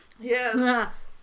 yes